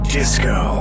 disco